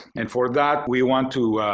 and for that, we want to